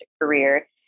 career